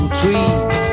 trees